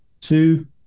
two